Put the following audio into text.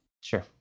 Sure